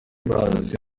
bazi